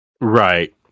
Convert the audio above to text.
Right